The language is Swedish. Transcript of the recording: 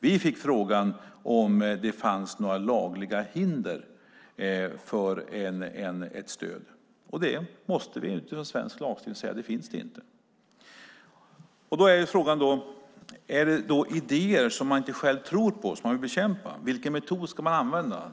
Vi fick frågan om det fanns några lagliga hinder för ett stöd, och vi måste säga att det i svensk lagstiftning inte finns några sådana. Om man vill bekämpa idéer som man själv inte tror på, vilket metod ska man använda?